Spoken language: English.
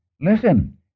Listen